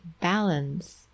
Balance